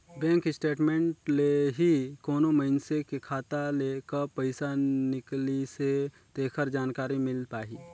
bank statement ले ही कोनो मइनसे के खाता ले कब पइसा निकलिसे तेखर जानकारी मिल पाही